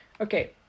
Okay